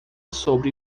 sobre